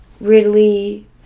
Ridley